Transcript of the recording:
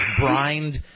brined